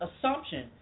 assumption